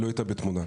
לא הייתה בתמונה.